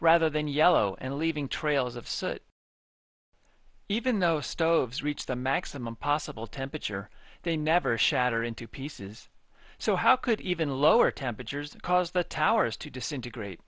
rather than yellow and leaving trails of so even though stoves reach the maximum possible temperature they never shatter into pieces so how could even lower temperatures cause the towers to disintegrate